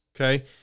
okay